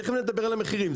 תיכף נדבר על המחירים,